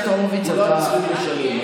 כולם צריכים לשלם.